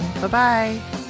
bye-bye